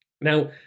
Now